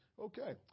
Okay